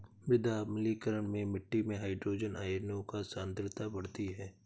मृदा अम्लीकरण में मिट्टी में हाइड्रोजन आयनों की सांद्रता बढ़ती है